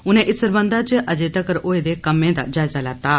उनें इस सरबंधा च अजे तक्कर होऐ दे कम्में दा जायजा लैत्ता